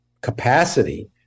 capacity